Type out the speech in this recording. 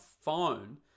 phone